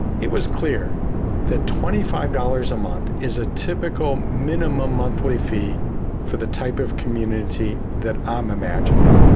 it was clear that twenty five dollars a month is a typical minimum monthly fee for the type of community that i'm imagining,